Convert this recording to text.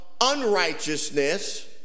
unrighteousness